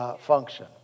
function